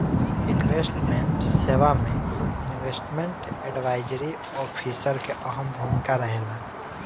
investment सेवा में investment advisory officer के अहम भूमिका रहेला